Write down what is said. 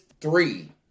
three